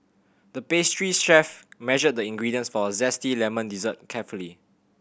the pastry chef measured the ingredients for a zesty lemon dessert carefully